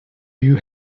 you